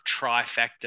trifecta